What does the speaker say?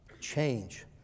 change